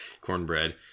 cornbread